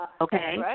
okay